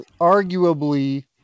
arguably